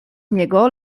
niego